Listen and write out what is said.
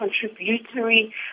contributory